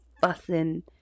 fussing